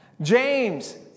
James